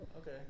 okay